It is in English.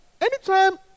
anytime